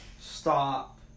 stop